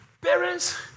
parents